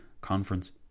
conference